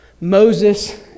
Moses